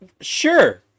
Sure